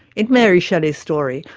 in mary shelley's story,